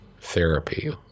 therapy